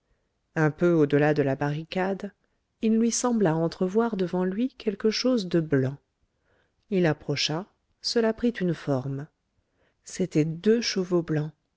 un peu au delà de la barricade il lui sembla entrevoir devant lui quelque chose de blanc il approcha cela prit une forme c'étaient deux chevaux blancs